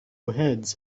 heads